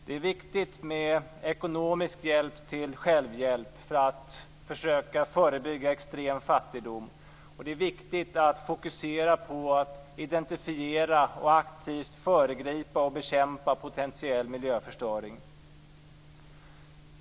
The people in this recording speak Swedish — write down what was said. Det är viktigt med ekonomisk hjälp till självhjälp för att försöka förebygga extrem fattigdom, och det är viktigt att fokusera på att identifiera och aktivt föregripa och bekämpa potentiell miljöförstöring.